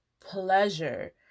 pleasure